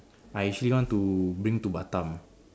I actually want to bring to Batam